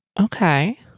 Okay